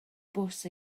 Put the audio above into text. bws